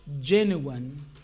genuine